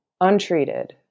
untreated